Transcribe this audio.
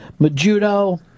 Majudo